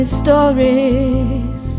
stories